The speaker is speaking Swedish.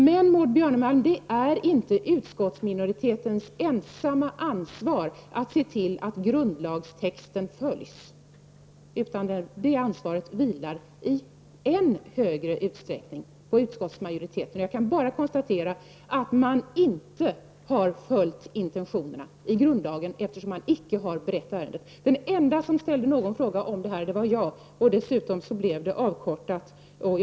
Men, Maud Björnemalm, utskottsminoriteten har inte det fulla ansvaret för att grundlagstexten följs. Det ansvaret vilar i mycket större utstäckning på utskottsmajoriteten. Jag kan bara konstatera att man inte har följt intentionerna i grundlagen, eftersom ärendet inte har beretts. Den enda som ställde någon fråga var jag. Men mötet kortades ned.